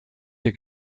der